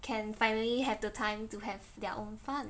can finally have the time to have their own fun